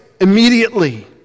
immediately